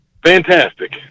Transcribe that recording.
Fantastic